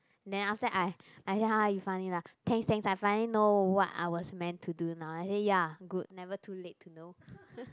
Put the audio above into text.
then after that I I said !huh! you funny lah thanks thanks I finally know what I was meant to do now I say ya good never too late to know